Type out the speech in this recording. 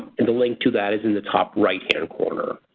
and the link to that is in the top right and corner.